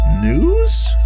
news